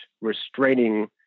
restraining